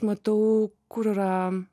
matau kur yra